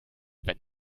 wenn